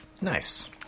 Nice